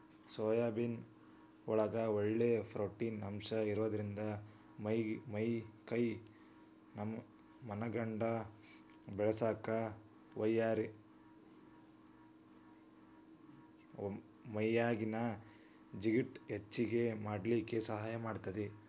soybean ನೊಳಗ ಒಳ್ಳೆ protein ಅಂಶ ಇರೋದ್ರಿಂದ ಮೈ ಕೈ ಮನಗಂಡ ಬೇಳಸಾಕ ಮೈಯಾಗಿನ ಜಿಗಟ್ ಹೆಚ್ಚಗಿ ಮಾಡ್ಲಿಕ್ಕೆ ಸಹಾಯ ಮಾಡ್ತೆತಿ